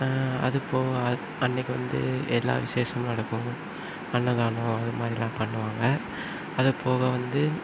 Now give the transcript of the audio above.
அதுபோக அன்னைக்கு வந்து எல்லா விசேஷமும் நடக்கும் அன்னதானம் அது மாதிரிலாம் பண்ணுவாங்க அது போக வந்து